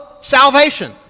salvation